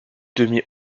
demi